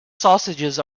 sausages